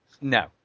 No